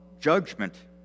judgment